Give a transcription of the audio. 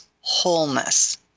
wholeness